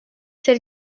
ser